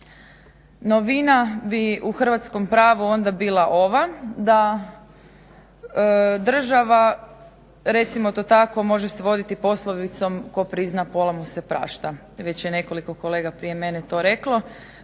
Novina bi u hrvatskom pravu bila ova da država recimo to tako može se voditi poslovicom „Tko prizna pola mu se prašta!“ već je nekoliko kolega prije mene to reklo